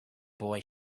boy